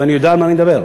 ואני יודע על מה אני מדבר.